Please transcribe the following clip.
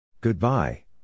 Goodbye